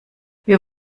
wir